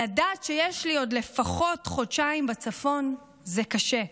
לדעת שיש לי עוד לפחות חודשיים בצפון זה קשה.